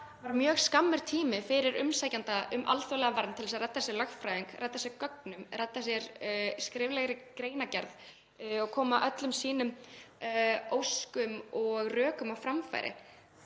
Það er bara mjög skammur tími fyrir umsækjanda um alþjóðlega vernd til að redda sér lögfræðingi, redda sér gögnum, redda sér skriflegri greinargerð og koma öllum sínum óskum og rökum á framfæri.